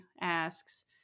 asks